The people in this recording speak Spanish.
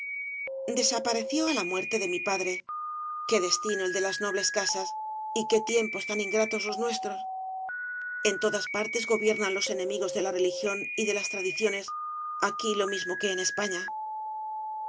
desapareció á la muerte de mi padre iqué destino el de las nobles casas y qué tiempos tan ingratos los nuestros en todas partes gobiernan los enemigos de la religión y de las tradiciones aquí lo mismo que en españa